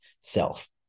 self